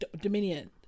dominion